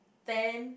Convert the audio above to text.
ten